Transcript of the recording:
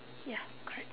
ya correct